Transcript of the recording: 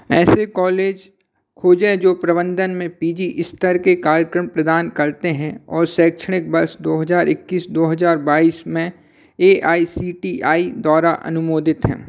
ऐसे कॉलेज खोजें जो प्रबंधन में पी जी स्तर के कार्यक्रम प्रदान करते हैं और शैक्षणिक वर्ष दो हजार इक्कीस दो हजार बाईस में A I C T E द्वारा अनुमोदित हैं